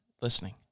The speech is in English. listening